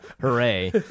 hooray